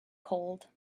cold